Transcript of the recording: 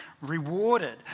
rewarded